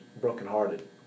brokenhearted